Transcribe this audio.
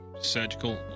surgical